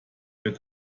wird